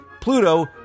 Pluto